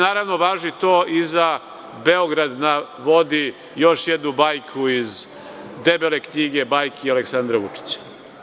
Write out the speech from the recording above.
Naravno, važi to i za „Beograd na vodi“, i još jednu bajku iz debele knjige bajki Aleksandra Vučića.